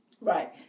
Right